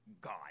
God